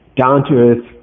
down-to-earth